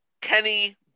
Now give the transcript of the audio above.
Kenny